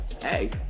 hey